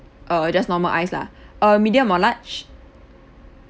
uh just normal ice lah uh medium or large